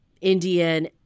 Indian